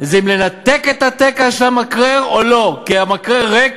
זה אם לנתק את התקע של המקרר או לא, כי המקרר ריק